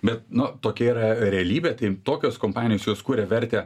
bet nu tokia yra realybė tai tokios kompanijos jos kuria vertę